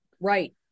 right